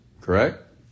correct